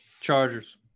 Chargers